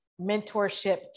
mentorship